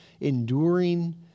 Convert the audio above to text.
enduring